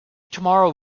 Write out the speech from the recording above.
tomorrow